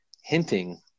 hinting